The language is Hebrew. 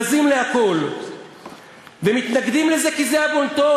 בזים לכול ומתנגדים לזה כי זה הבון-טון.